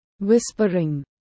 Whispering